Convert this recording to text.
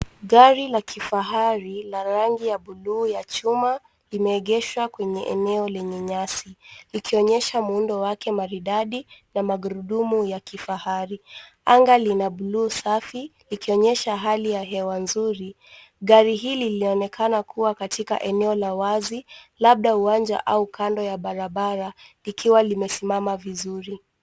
Gari la kifahari la rangi ya buluu ya chuma limeegeshwa kwenye eneo lenye nyasi likionyesha muundo wake maridadi na magurudumu ya kifahari. Anga lina buluu safi likionyesha hali ya hewa nzuri. Gari hili linaonekana kuwa katika eneo la wazi labda uwanja au kando ya barabara likiwa limesimama vizuri.